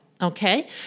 Okay